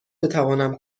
بتوانم